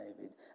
David